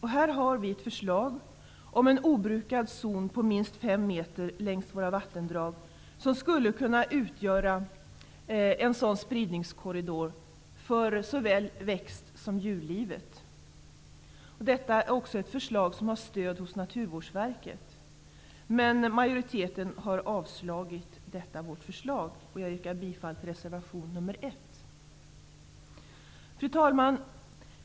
Här har vi ett förslag om en obrukad zon på minst 5 meter längs våra vattendrag som skulle kunna utgöra en sådan spridningskorridor för såväl växt som djurlivet. Detta är ett förslag som har stöd hos Naturvårdsverket. Men majoriteten har avstyrkt vårt förslag. Jag yrkar bifall till reservation 1. Fru talman!